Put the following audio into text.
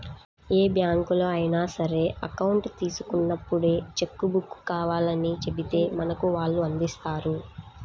ఏ బ్యాంకులో అయినా సరే అకౌంట్ తీసుకున్నప్పుడే చెక్కు బుక్కు కావాలని చెబితే మనకు వాళ్ళు అందిస్తారు